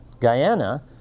Guyana